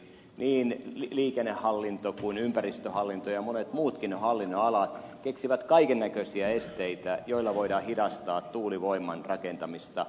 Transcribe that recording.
niin liikennehallinto kuin ympäristöhallinto ja monet muutkin hallinnonalat keksivät kaikennäköisiä esteitä joilla voidaan hidastaa tuulivoiman rakentamista